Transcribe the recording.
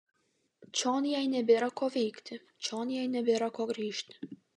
čion jai nebėra ko veikti čion jai nebėra ko grįžti